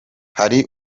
hari